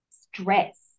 stress